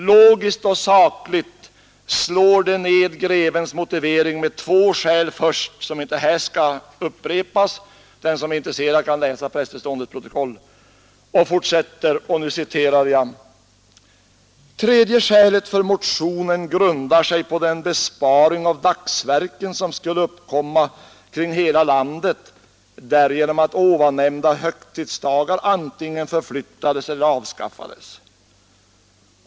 Logiskt och sakligt slår det ned grevens motivering, först med två skäl som inte här skall upprepas. Den som är agens protokoll. Den ad kan läsa prästeståndets replik i riks fortsätter: ”Tredje skälet för motionen grundar sig på den besparing av igenom att ovannämnda Högtidsdagar antingen förflyttades eller avskaffades.